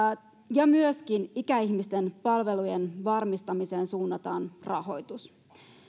ja myöskin ikäihmisten palvelujen varmistamiseen suunnataan rahoitus